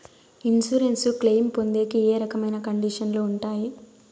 Insurance claim పొందేకి ఏ రకమైన కండిషన్లు ఉంటాయి?